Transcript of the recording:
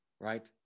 Right